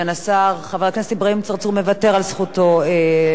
חבר הכנסת אברהים צרצור מוותר על זכותו לדבר שוב.